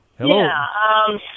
Hello